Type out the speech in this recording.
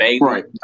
right